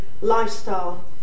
lifestyle